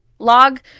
log